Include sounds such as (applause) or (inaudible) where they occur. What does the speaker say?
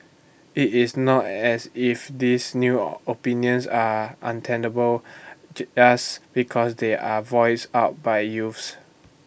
IT is not as if these new (noise) opinions are untenable just because they are voiced out by youths